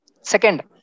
Second